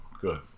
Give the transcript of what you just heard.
good